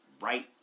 right